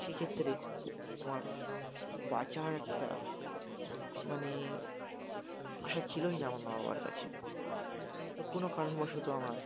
সে ক্ষেত্রে আমার বাঁচার একটা মানে আশা ছিলোই না আমার মা বাবার কাছে তো কোনো কারণবশত আমার